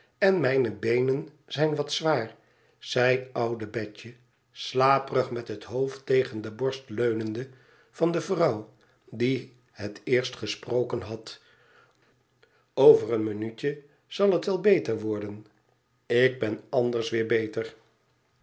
en mijne beenen zijn wat zwaar zei oude betje slaperig met het hoofd tegen de borst leunende van de vrouw die het eerst gesproken liad over een minuutje zal het wel beter worden ik ben anders weer beter